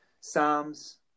Psalms